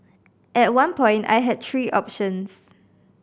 at one point I had three options